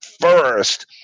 first